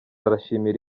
arashimira